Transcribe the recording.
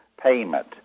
payment